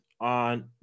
on